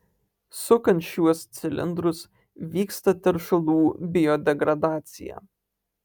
sukant šiuos cilindrus vyksta teršalų biodegradacija